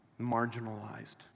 marginalized